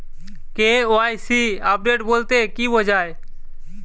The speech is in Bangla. কে.ওয়াই.সি আপডেট বলতে কি বোঝায়?